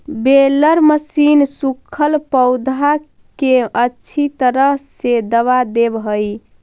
baler machine सूखल पौधा के अच्छी तरह से दबा देवऽ हई